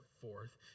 forth